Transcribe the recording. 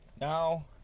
now